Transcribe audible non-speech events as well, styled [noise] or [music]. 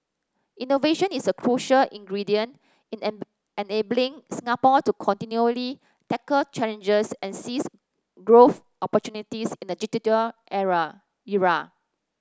innovation is a crucial ingredient in [unintelligible] enabling Singapore to continually tackle challenges and seize growth opportunities in a digital [unintelligible] era